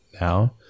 now